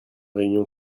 réunion